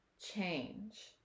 change